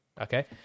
okay